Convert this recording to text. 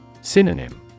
Synonym